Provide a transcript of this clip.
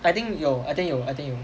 I think 有 I think 有 I think 有